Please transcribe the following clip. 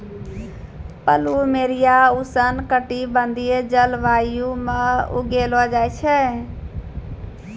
plumeria उष्ण कटिबंधीय जलवायु म उगैलो जाय छै